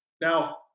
Now